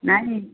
ନାଇଁ